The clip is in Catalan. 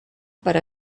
per